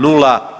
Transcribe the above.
Nula.